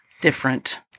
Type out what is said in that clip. different